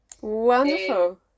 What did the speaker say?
Wonderful